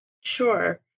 Sure